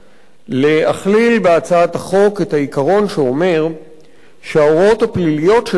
להכליל בהצעת החוק את העיקרון שאומר שההוראות הפליליות של החוק